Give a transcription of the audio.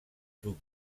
sous